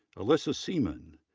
alyssa seeman,